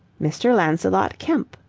mr. lancelot kemp,